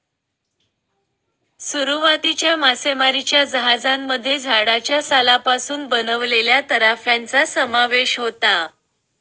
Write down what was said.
सुरुवातीच्या मासेमारीच्या जहाजांमध्ये झाडाच्या सालापासून बनवलेल्या तराफ्यांचा समावेश होता